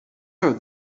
her